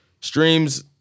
streams